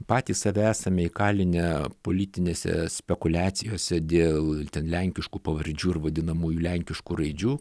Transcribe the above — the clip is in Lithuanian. patys save esame įkalinę politinėse spekuliacijose dėl lenkiškų pavardžių ir vadinamųjų lenkiškų raidžių